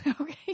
okay